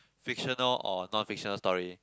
fictional or non fictional story